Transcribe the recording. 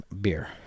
beer